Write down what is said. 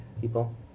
people